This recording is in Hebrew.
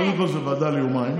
קודם כול, זו ועדה ליומיים.